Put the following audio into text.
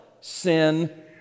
sin